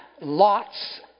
lots